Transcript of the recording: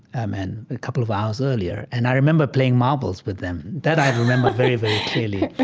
um and a couple of hours earlier, and i remember playing marbles with them. that i remember very, very clearly.